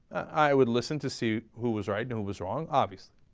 i would listen to see who was right and who was wrong, obviously.